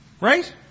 Right